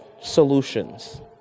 solutions